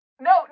no